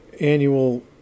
Annual